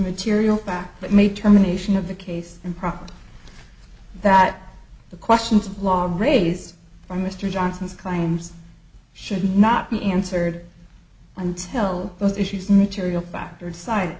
material fact but made terminations of the case improper that the questions of law raised by mr johnson's claims should not be answered until those issues material factored side